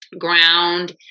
Ground